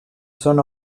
son